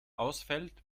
ausfällt